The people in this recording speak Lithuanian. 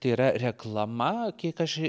tai yra reklama kiek aš